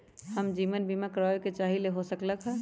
हम जीवन बीमा कारवाबे के चाहईले, हो सकलक ह?